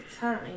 time